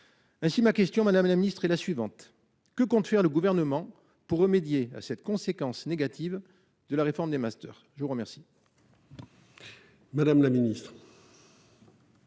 Ainsi, ma question est la suivante : que compte faire le Gouvernement pour remédier à cette conséquence négative de la réforme des masters ? La parole